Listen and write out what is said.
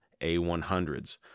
A100s